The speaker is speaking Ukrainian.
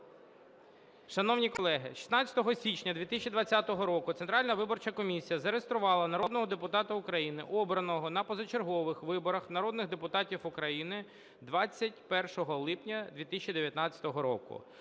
Шановні колеги, 16 січня 2020 року Центральна виборча комісія зареєструвала народного депутата України, обраного на позачергових виборах народних депутатів України 21 липня 2019 року